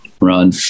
run